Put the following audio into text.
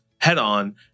head-on